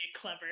clever